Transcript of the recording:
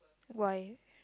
why